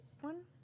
one